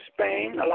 Spain